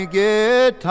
get